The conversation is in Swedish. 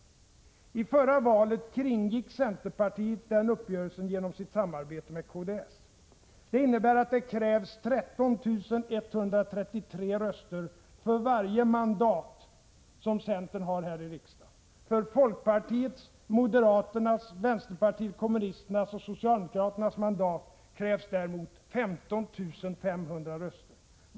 I förra valet kringgick centerpartiet den uppgörelsen genom sitt samarbete med kds. Det krävs 13 133 röster för varje mandat som centern har här i riksdagen. För folkpartiets, moderaternas, vänsterpartiet kommunisternas och socialdemokraternas mandat krävs däremot 15 500 röster.